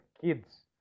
kids